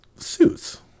Suits